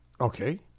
okay